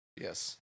Yes